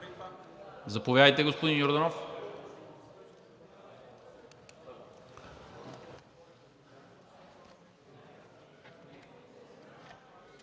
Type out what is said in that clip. Заповядайте, господин Йорданов.